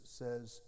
says